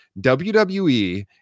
WWE